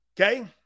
Okay